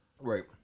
Right